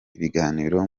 ibiganiro